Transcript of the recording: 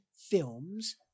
films